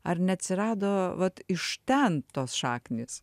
ar neatsirado vat iš ten tos šaknys